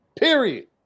Period